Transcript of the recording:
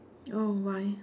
oh why